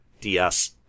DS